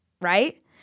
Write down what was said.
right